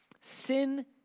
sin